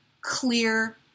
clear